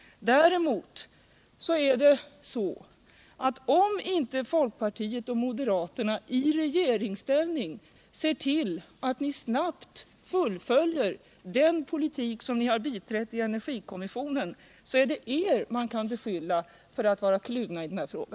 Däremot är det så att om inte ni inom folkpartiet och moderaterna i regeringsställning ser till att ni snabbt fullföljer den politik som ni har biträtt i energikommissionen kan man verkligen anklaga er för att vara kluvna i denna fråga.